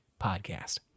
Podcast